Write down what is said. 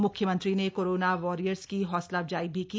म्ख्यमंत्री ने corona warriors की हौसलाअफजाई भी की